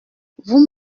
vous